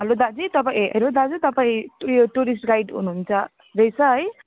hello दाजु तपाईँ ए हेलो दाजु तपाईँ उयो टुरिस्ट गाइड हुनु हुन्छ रहेछ है